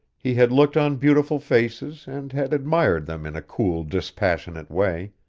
he had looked on beautiful faces and had admired them in a cool, dispassionate way,